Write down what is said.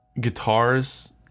guitars